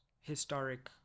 historic